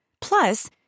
Plus